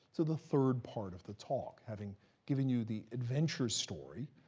to the third part of the talk. having given you the adventure story,